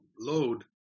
load